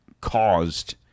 caused